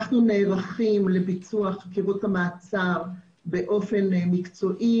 אנחנו נערכים לביצוע חקירות המעצר באופן מקצועי,